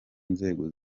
nzego